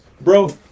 bro